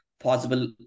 possible